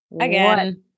Again